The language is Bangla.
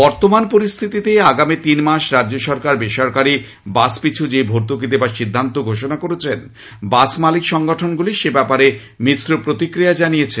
বর্তমান পরিস্থিতিতে আগামী তিনমাস রাজ্য সরকার বেসরকারী বাস পিছু যে ভর্তুকি দেওয়ার সিদ্ধান্ত ঘোষণা করেছেন বাস মালিক সংগঠনগুলি সে ব্যাপারে মিশ্র প্রতিক্রিয়া জানিয়েছে